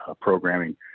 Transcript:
programming